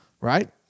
right